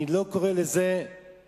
אני לא קורא לזה משהו,